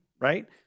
right